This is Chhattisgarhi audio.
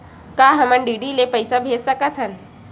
का हम डी.डी ले पईसा भेज सकत हन?